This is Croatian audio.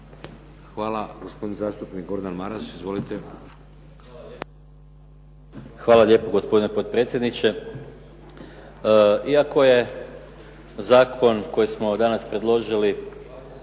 Hvala. Gospodin zastupnik Gordan Maras. Izvolite. **Maras, Gordan (SDP)** Hvala lijepo, gospodine potpredsjedniče. Iako je zakon koji smo danas predložili,